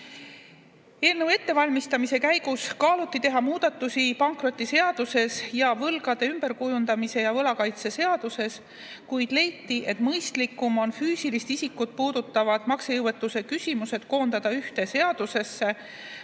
Eelnõu ettevalmistamise käigus kaaluti teha muudatusi pankrotiseaduses ja võlgade ümberkujundamise ja võlakaitse seaduses, kuid leiti, et mõistlikum on füüsilist isikut puudutavad maksejõuetuse küsimused koondada ühte seadusesse,